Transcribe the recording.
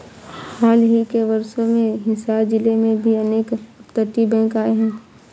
हाल ही के वर्षों में हिसार जिले में भी अनेक अपतटीय बैंक आए हैं